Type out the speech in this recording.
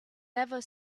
never